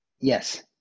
yes